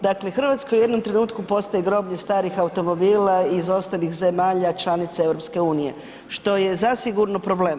Dakle Hrvatska u jednom trenutku postaje groblje starih automobila iz ostalih zemalja članica EU što je zasigurno problem.